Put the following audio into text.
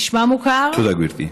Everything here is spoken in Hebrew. נשמע מוכר?